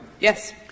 Yes